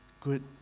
good